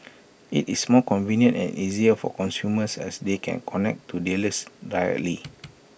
IT is more convenient and easier for consumers as they can connect to dealers directly